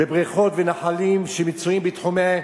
בבריכות ונחלים שנמצאים בתחומי